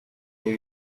new